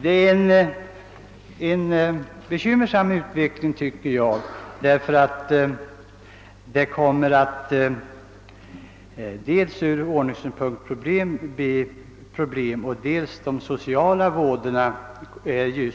Detta är en bekymmersam utveckling, dels ur ordningssynpunkt och dels med hänsyn till de sociala vådorna. Jag vill